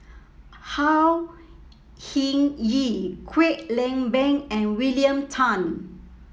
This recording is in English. Au Hing Yee Kwek Leng Beng and William Tan